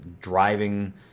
driving